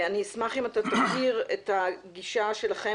אני אשמח אם אתה תבהיר את הגישה שלכם